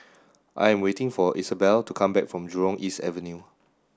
I am waiting for Isabelle to come back from Jurong East Avenue